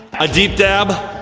a deep dab?